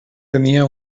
tenia